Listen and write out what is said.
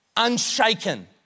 unshaken